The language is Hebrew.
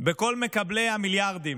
בכל מקבלי המיליארדים,